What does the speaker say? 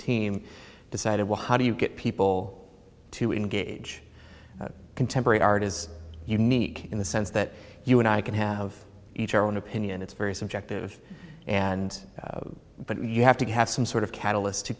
team decided well how do you get people to engage contemporary art is unique in the sense that you and i can have each our own opinion it's very subjective and but you have to have some sort of catalyst to